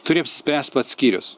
turi apsispręst pats skyrius